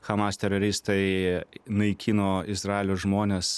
hamas teroristai naikino izraelio žmones